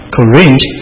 Corinth